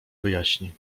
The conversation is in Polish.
wyjaśni